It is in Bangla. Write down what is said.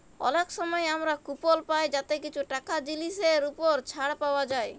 অলেক সময় আমরা কুপল পায় যাতে কিছু টাকা জিলিসের উপর ছাড় পাউয়া যায়